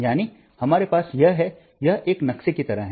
यानी हमारे पास यह है यह एक नक्शे की तरह है